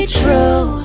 true